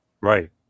Right